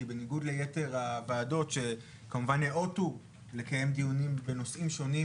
כי בניגוד ליתר הוועדות שכמובן ניאותו לקיים דיונים בנושאים שונים